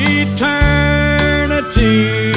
eternity